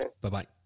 Bye-bye